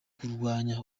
kurwanya